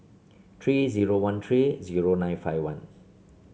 three zero one three zero nine five one